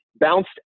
bounced